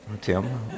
Tim